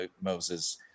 Moses